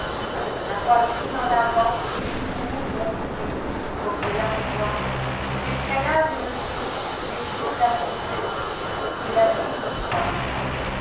la poitrine en avant et les poumons gonflés comme de la toile j'escalade le dos des flots amoncelés que la nuit me voile